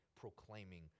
proclaiming